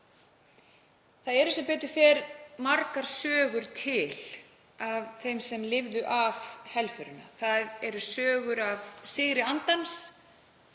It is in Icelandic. Það eru sem betur fer margar sögur til af þeim sem lifðu af helförina. Það eru sögur af sigri andans,